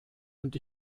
und